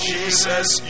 Jesus